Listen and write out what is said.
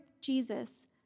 Jesus